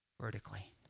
vertically